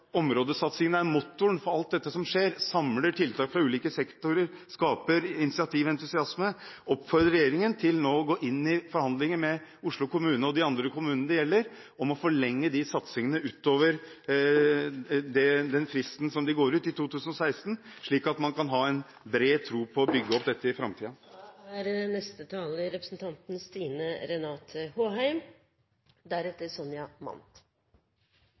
som skjer – samler tiltak fra ulike sektorer, skaper initiativ og entusiasme – vil jeg til slutt oppfordre regjeringen til nå å gå inn i forhandlinger med Oslo kommune og de andre kommunene dette gjelder, om å forlenge disse satsingene utover fristen som er satt i 2016, slik at man kan ha en bred tro på å bygge opp dette i framtiden. Jeg er